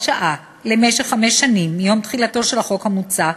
כהוראת שעה למשך חמש שנים מיום תחילתו של החוק המוצע,